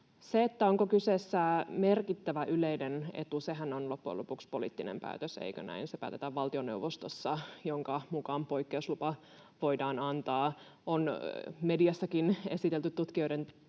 Se, onko kyseessä merkittävä yleinen etu, on loppujen lopuksi poliittinen päätös, eikö näin? Se päätetään valtioneuvostossa, jonka mukaan poikkeuslupa voidaan antaa. On mediassakin esitelty tutkijan toimesta tietoja